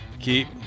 keep